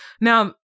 now